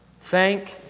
Thank